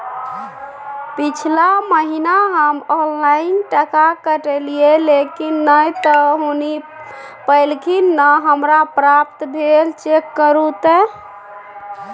पिछला महीना हम ऑनलाइन टका कटैलिये लेकिन नय त हुनी पैलखिन न हमरा प्राप्त भेल, चेक करू त?